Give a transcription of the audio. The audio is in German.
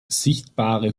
sichtbare